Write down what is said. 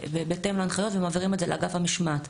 ובהתאם להנחיות, ומעבירים את זה לאגף המשמעת.